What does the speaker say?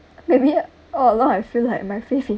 maybe all along I feel like my faith in